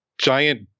giant